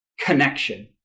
Connection